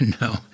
No